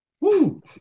Woo